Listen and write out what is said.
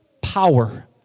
power